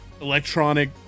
electronic